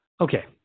okay